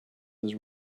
has